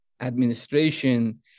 administration